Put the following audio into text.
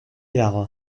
dago